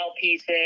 pieces